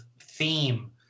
theme